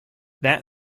that